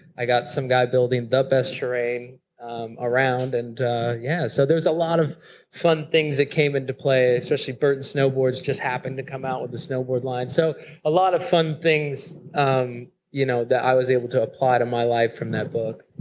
i got some guy building the best terrain around, and so yeah so there's a lot of fun things that came into play. especially burton snowboards just happened to come out with a snowboard line, so a lot of fun things um you know that i was able to apply to my life from that book.